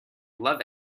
love